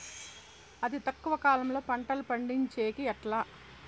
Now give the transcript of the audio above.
అతి తక్కువ కాలంలో పంటలు పండించేకి ఎట్లా?